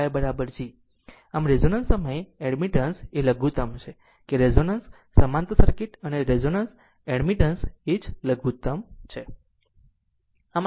આમ રેઝોનન્સ સમયે એડમિટન્સ એ લઘુત્તમ છે કે રેઝોનન્સ સમાંતર સર્કિટ અને રેઝોનન્સ એડમિટન્સ એ જ લઘુતમ છે